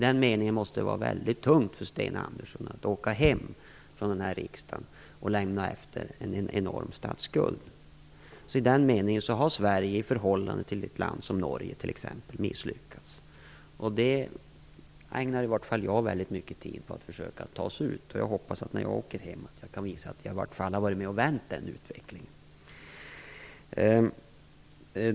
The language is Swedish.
Det måste vara väldigt tungt för Sten Andersson att åka hem från riksdagen och lämna efter sig en enorm statsskuld. I den meningen har Sverige i förhållande till exempelvis Norge misslyckats. Detta ägnar åtminstone jag mycket tid åt att försöka få oss ur. Jag hoppas att jag, när jag åker hem, kan visa att åtminstone jag har varit med om att vända utvecklingen.